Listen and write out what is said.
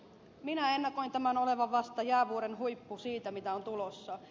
minä ennakoin tämän olevan vasta jäävuoren huippu siitä mitä on tulossa